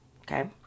Okay